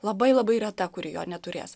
labai labai reta kuri jo neturės